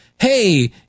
hey